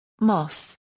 Moss